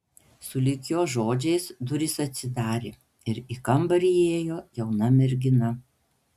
sulig jo žodžiais durys atsidarė ir į kambarį įėjo jauna mergina